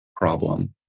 problem